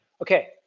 Okay